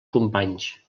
companys